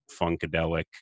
funkadelic